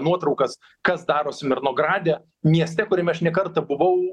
nuotraukas kas darosi mirnograde mieste kuriame aš ne kartą buvau